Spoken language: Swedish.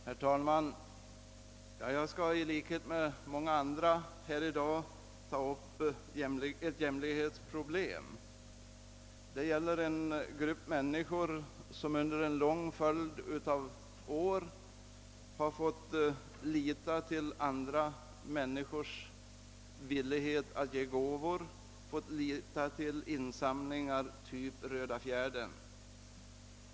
Herr talman! Jag skall i likhet med många andra här i dag ta upp ett jämlikhetsproblem. Det gäller en grupp människor som under en lång följd av år har fått lita till andra människors villighet att ge gåvor, fått lita till insamlingar av typen Röda fjädern.